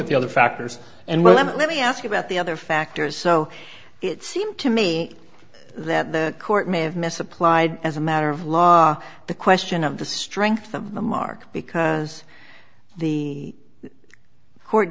at the other factors and let me ask you about the other factors so it seemed to me that the court may have misapplied as a matter of law the question of the strength of the mark because the court